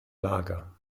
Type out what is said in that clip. lager